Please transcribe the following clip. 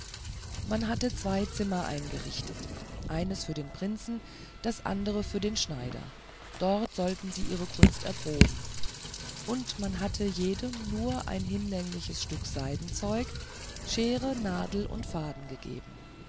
man hatte zwei zimmer eingerichtet eines für den prinzen das andere für den schneider dort sollten sie ihre kunst erproben und man hatte jedem nur ein hinlängliches stück seidenzeug schere nadel und faden gegeben